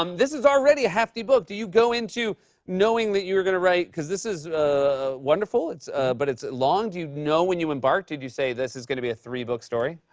um this is already a hefty book. do you go into knowing that you were gonna write because this is ah wonderful, but it's long. do you know when you embark? did you say, this is gonna be a three-book story?